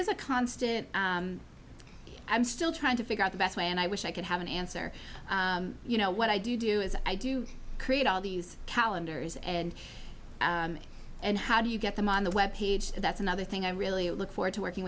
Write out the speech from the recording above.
is a constant i'm still trying to figure out the best way and i wish i could have an answer you know what i do do is i do create all these calendars and and how do you get them on the web that's another thing i really look forward to working